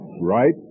Right